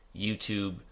YouTube